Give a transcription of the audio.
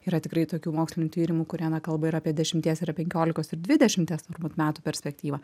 yra tikrai tokių mokslinių tyrimų kurie na kalba ir apie dešimties ir penkiolikos ir dvidešimies turbūt metų perspektyvą